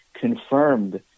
confirmed